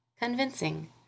Convincing